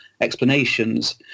explanations